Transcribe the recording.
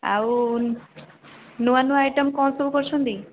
ଆଉ ନୂଆ ନୂଆ ଆଇଟମ୍ କ'ଣ ସବୁ କରୁଛନ୍ତି